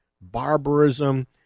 barbarism